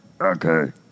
Okay